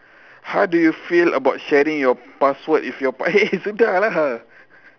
how do you feel about sharing your password if your eh sudah lah